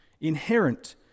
inherent